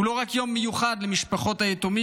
הוא לא רק יום מיוחד למשפחות היתומים.